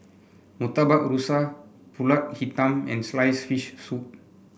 Murtabak Rusa pulut hitam and sliced fish soup